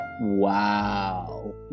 Wow